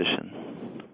position